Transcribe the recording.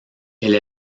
elle